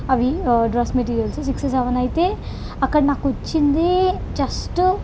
అవి dress materials six seven అయితే అక్కడ నాకు వచ్చింది జస్ట్